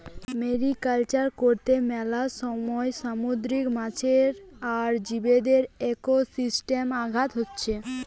mariculture কর্তে মেলা সময় সামুদ্রিক মাছ আর জীবদের একোসিস্টেমে আঘাত হতিছে